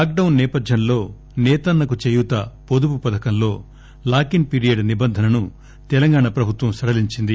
lockdown సేపధ్యంలో సేతన్న కు చేయూత పొదుపు పథకంలో లాకిన్ పీరియడ్ నిబంధనను తెలంగాణా ప్రభుత్వం సడలించింది